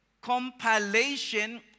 compilation